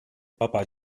papa